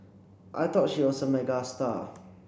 I thought she was a megastar